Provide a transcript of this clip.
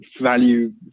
value